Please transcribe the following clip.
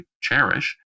cherish